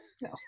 no